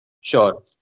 Sure